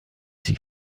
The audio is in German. sich